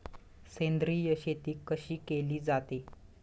सेंद्रिय शेती कशी केली जाते?